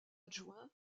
adjoint